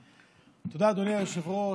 תודה, אדוני היושב-ראש.